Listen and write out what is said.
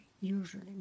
usually